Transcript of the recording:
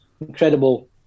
Incredible